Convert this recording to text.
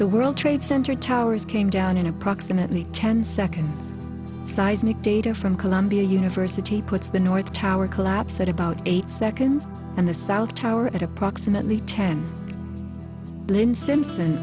the world trade center towers came down in approximately ten seconds seismic data from columbia university puts the north tower collapse at about eight seconds and the south tower at approximately ten lynn simpson